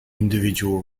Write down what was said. individual